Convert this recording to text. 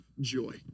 joy